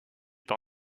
par